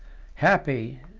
happy,